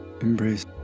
embrace